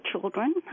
children